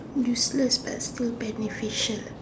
unless but still beneficial